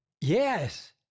Yes